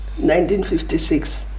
1956